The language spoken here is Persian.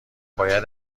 باید